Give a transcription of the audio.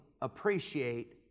appreciate